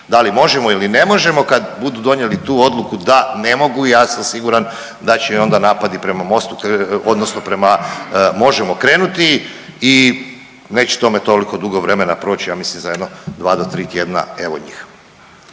Da li možemo ili ne možemo kad budu donijeli tu odluku da ne mogu, ja sam siguran da će i onda napadi prema MOST-u odnosno prema Možemo krenuti i neće tome toliko dugo vremena proći, ja mislim za jedno 2 do 3 tjedna evo njih.